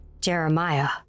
Jeremiah